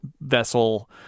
vessel